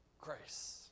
grace